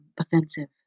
offensive